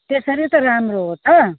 त्यसरी त राम्रो हो त